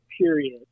period